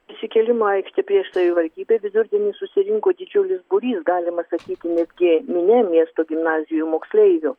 prisikėlimo aikštė prieš savivaldybę vidurdienį susirinko didžiulis būrys galima sakyti netgi minia miesto gimnazijų moksleivių